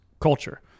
culture